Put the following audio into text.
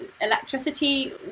electricity